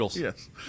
Yes